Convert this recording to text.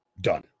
Done